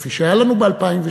כפי שהיה לנו ב-2003,